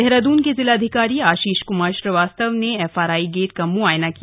देहरादून के जिलाधिकारी आशीष क्मार श्रीवास्तव ने एफआरआई गेट का मुआयना किया